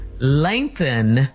lengthen